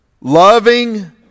loving